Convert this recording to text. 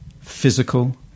physical